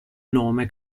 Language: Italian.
nome